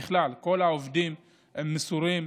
ובכלל כל העובדים מסורים,